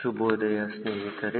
ಶುಭೋದಯ ಸ್ನೇಹಿತರೆ